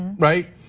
right?